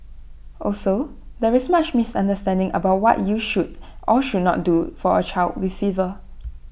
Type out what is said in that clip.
also there is much misunderstanding about what you should or should not do for A child with fever